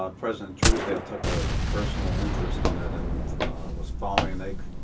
um president truesdale took a personal interest in it, and was following like